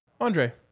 Andre